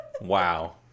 Wow